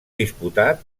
disputat